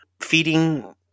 feeding